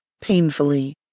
painfully